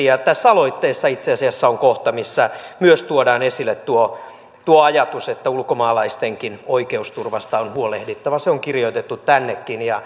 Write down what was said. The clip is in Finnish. ja tässä aloitteessa itse asiassa on kohta jossa myös tuodaan esille tuo ajatus että ulkomaalaistenkin oikeusturvasta on huolehdittava se on kirjoitettu tännekin